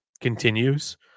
continues